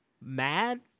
mad